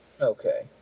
Okay